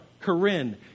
Corinne